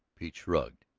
pete shrugged.